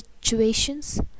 situations